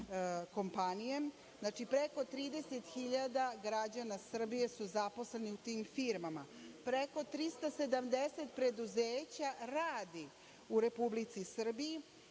Znači, preko 30 hiljada građana Srbije je zaposleno u tim firmama. Preko 370 preduzeća radi u Republici Srbiji